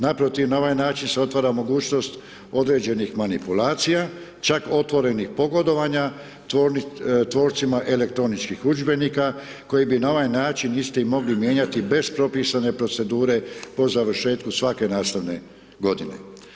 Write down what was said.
Naprotiv, na ovaj način se otvara mogućnost određenih manipulacija, čak otvorenih pogodovanja, tvorcima elektroničkih udžbenika koji bi na ovaj način isti mogli mijenjati bez propisane procedure po završetku svake nastavne godine.